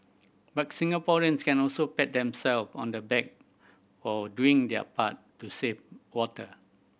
but Singaporeans can also pat themselves on the back for doing their part to save water